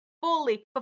fully